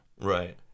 right